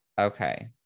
Okay